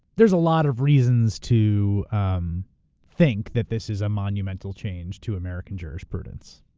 there's a lot of reasons to um think that this is a monumental change to american jurisprudence.